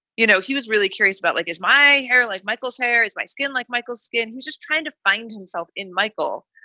you know, he was really curious about, like, is my hair like michael's hair is my skin, like michael's skin was just trying to find himself in michael.